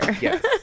yes